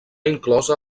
inclosa